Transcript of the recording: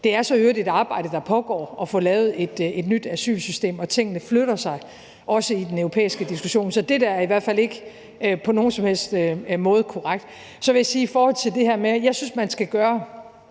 Det er så i øvrigt et arbejde, der pågår, altså at få lavet et nyt asylsystem, og tingene flytter sig, også i den europæiske diskussion. Så det der er i hvert fald ikke på nogen som helst måde korrekt. Og så vil jeg sige i forhold til det andet, at jeg synes, at man skal gøre